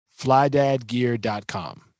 flydadgear.com